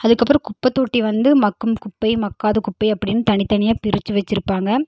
அதுக்கப்புறம் குப்பைத்தொட்டி வந்து மக்கும் குப்பை மக்காத குப்பை அப்படின்னு தனி தனியாக பிரிச்சு வெச்சுருப்பாங்க